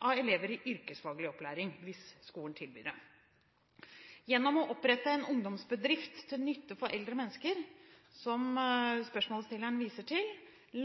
av elever i yrkesfaglig opplæring, hvis skolen tilbyr det. Gjennom å opprette en ungdomsbedrift til nytte for eldre mennesker, som spørsmålsstilleren viser til,